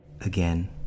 Again